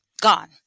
gone